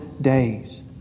days